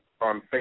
on